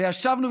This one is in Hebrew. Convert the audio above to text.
ישבנו,